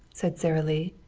said sara lee.